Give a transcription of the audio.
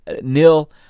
nil